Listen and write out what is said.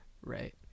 Right